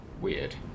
Weird